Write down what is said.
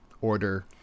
order